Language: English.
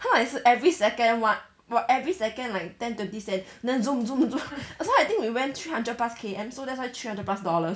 他的 like 是 every second one every second like ten twenty cent then zoom zoom zoom so I think we went three hundred plus K_M so that's why three hundred plus dollars